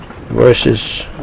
verses